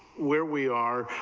where we are,